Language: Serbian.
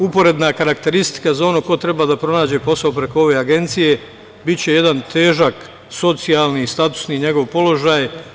Uporedna karakteristika za onog ko treba da pronađe posao preko ove agencije, biće jedan težak socijalni, statusni njegov položaj.